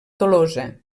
tolosa